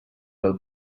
del